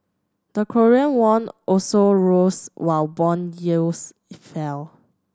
the Korean won also rose while bond yields fell